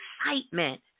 excitement